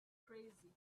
crazy